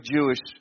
Jewish